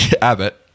Abbott